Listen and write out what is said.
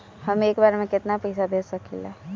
हम एक बार में केतना पैसा भेज सकिला?